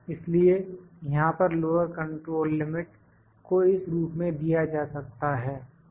इसलिए यहां पर लोअर कंट्रोल लिमिट को इस रूप में दिया जा सकता है